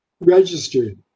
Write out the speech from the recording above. registered